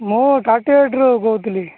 ମୁଁ thirty eight ରୁ କହୁଥିଲି